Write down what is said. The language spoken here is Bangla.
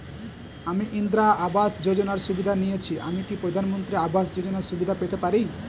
আমি ইন্দিরা আবাস যোজনার সুবিধা নেয়েছি আমি কি প্রধানমন্ত্রী আবাস যোজনা সুবিধা পেতে পারি?